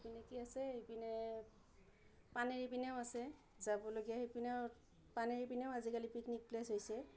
এই পিনে কি আছে এই পিনে পানেৰীৰ পিনেও আছে যাবলগীয়া সেই পিনেও পানেৰীৰ পিনেও আজিকালি পিকনিক প্লেচ হৈছে